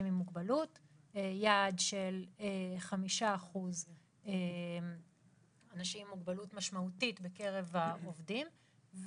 עם מוגבלות ביעד של 5% אנשים עם מוגבלות משמעותית בקרב העובדים,